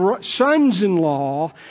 sons-in-law